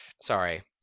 Sorry